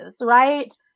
right